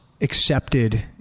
accepted